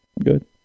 good